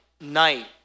night